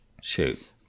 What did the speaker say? Shoot